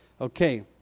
Okay